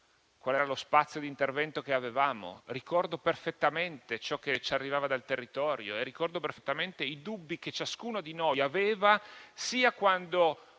qual era lo spazio di intervento che avevamo. Ricordo perfettamente ciò che ci arrivava dal territorio e ricordo perfettamente i dubbi che ciascuno di noi aveva quando